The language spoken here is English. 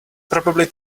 probably